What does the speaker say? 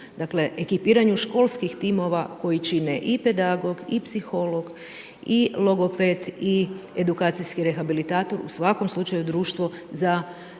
Dakle, ekipiranju školskih timova koji čine i pedagog i psiholog i logoped i edukacijski rehabilitator, u svakom slučaju, društvo za, dakle,